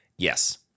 Yes